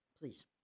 Please